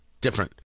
different